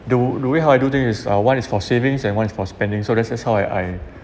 do the way how I do thing is uh one is for savings and one is for spending so that's just how I I